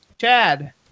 Chad